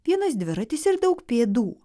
vienas dviratis ir daug pėdų